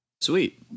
Sweet